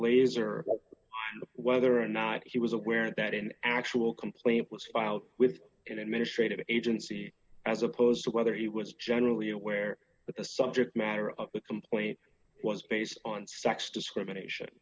laser whether or not he was aware that an actual complaint was filed with an administrative agency as opposed to whether he was generally aware that the subject matter of the complaint was based on sex discrimination